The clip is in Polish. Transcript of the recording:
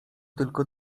tylko